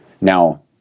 now